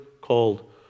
called